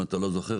אם אתה לא זוכר,